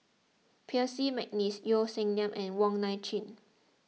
Percy McNeice Yeo Song Nian and Wong Nai Chin